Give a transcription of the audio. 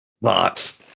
Lots